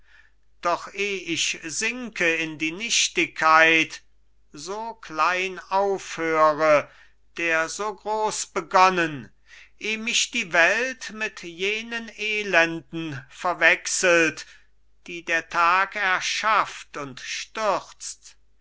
doch eh ich sinke in die nichtigkeit so klein aufhöre der so groß begonnen eh mich die welt mit jenen elenden verwechselt die der tag erschafft und stürzt